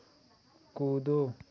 कूदो